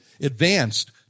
advanced